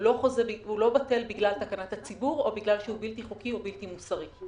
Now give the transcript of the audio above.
הוא לא בטל בגלל תקנת הציבור או בגלל שהוא בלתי חוקי או בלתי מוסרי,